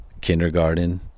kindergarten